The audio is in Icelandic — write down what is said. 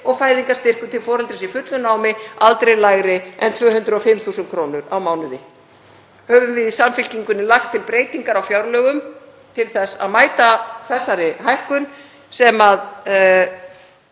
og fæðingarstyrkur til foreldris í fullu námi aldrei lægri en 205.000 kr. á mánuði. Höfum við í Samfylkingunni lagt til breytingar á fjárlögum til að mæta þessari hækkun sem er